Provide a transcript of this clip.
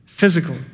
physical